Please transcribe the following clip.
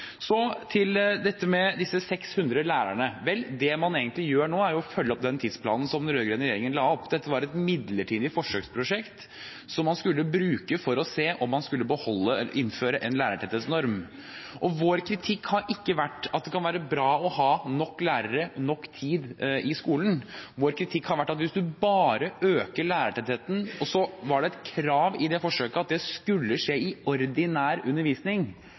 Så til dette med de 600 lærerne. Det man egentlig gjør nå, er å følge opp den tidsplanen som den rød-grønne regjeringen la opp. Dette var et midlertidig forsøksprosjekt for å se om man skulle beholde eller innføre en lærertetthetsnorm. Vår kritikk har ikke vært at det ikke kan være bra å ha nok lærere og nok tid i skolen. Vår kritikk har vært at vi mente det ikke ville ha noen læringseffekt at man økte lærertettheten, samtidig som det var et krav at det skulle skje i ordinær undervisning.